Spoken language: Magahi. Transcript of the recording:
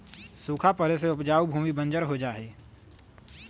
सूखा पड़े से उपजाऊ भूमि बंजर हो जा हई